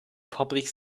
public